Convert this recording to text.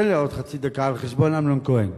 תן לי עוד חצי דקה על חשבון אמנון כהן.